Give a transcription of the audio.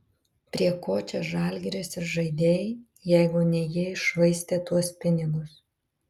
prie ko čia žalgiris ir žaidėjai jeigu ne jie iššvaistė tuos pinigus